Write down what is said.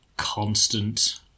constant